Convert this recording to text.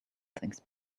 things